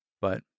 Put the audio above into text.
but-